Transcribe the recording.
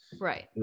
right